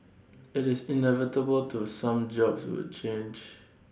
IT is inevitable to some jobs will change